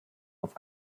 auf